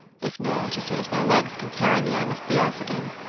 if not, as soon as my legs can carry me i must be off again.